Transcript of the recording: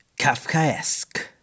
Kafkaesque